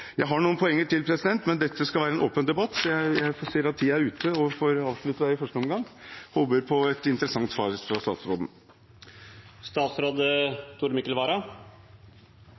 Jeg har noen poenger til, men dette skal være en åpen debatt, og jeg ser at tiden er ute, så jeg får avslutte i første omgang. Jeg håper på et interessant svar fra statsråden.